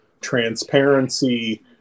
Transparency